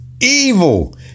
Evil